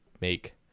make